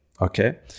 okay